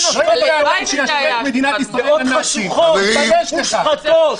------ דעות חשוכות -- -מושחתות,